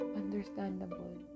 understandable